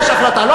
יש החלטה כזאת.